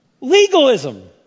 legalism